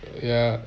ya